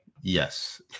Yes